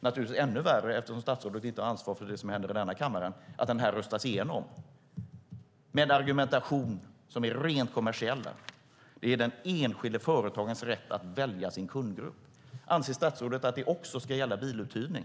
Det är dessutom ännu värre, eftersom statsrådet inte har ansvar för vad som händer i denna kammare, att den röstas igenom med en rent kommersiell argumentation, nämligen att det är den är den enskilde företagarens rätt att välja sin kundgrupp. Anser statsrådet att det också ska gälla biluthyrning?